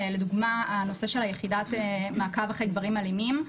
לדוגמה הנושא של יחידת המעקב אחרי גברים אלימים.